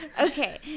okay